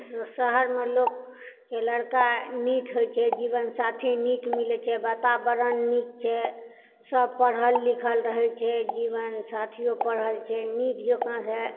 शहरमऽ लोकके लड़का नीक होइत छै जीबन साथी नीक मिलैत छै वातावरण नीक छै सभ पढ़ल लिखल रहैत छै जीबन साथिओ पढ़ल छै नीक जकाँ छै